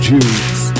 Jews